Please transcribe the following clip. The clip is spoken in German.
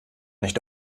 nicht